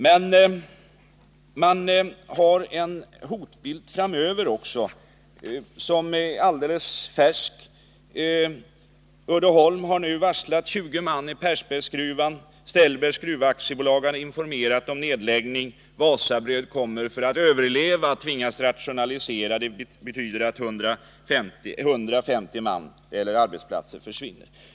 Det finns dessutom en hotbild framöver som grundar sig på alldeles färska händelser. Uddeholms AB har nyligen varslat 20 man i Persbergsgruvan. Ställbergs Grufve AB har informerat om nedläggning. Wasabröd AB kommer för att kunna överleva att tvingas rationalisera, vilket betyder att 100-150 arbetstillfällen försvinner där.